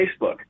Facebook